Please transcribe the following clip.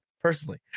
personally